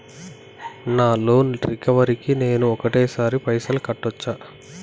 నా loan recovery కి నేను ఒకటేసరి పైసల్ కట్టొచ్చా?